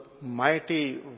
mighty